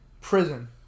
Prison